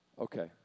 Okay